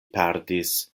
perdis